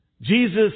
Jesus